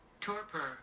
torpor